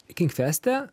kink feste